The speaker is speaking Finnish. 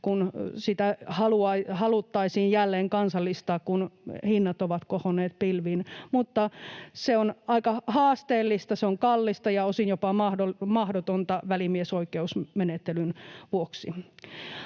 sitä haluttaisiin jälleen kansallistaa, kun hinnat ovat kohonneet pilviin, mutta se on aika haasteellista, se on kallista ja osin jopa mahdotonta välimiesoikeusmenettelyn vuoksi.